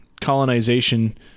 colonization